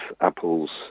apples